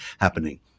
happening